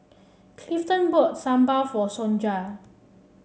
Clifton bought Sambal for Sonja